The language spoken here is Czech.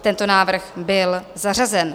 Tento návrh byl zařazen.